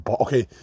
Okay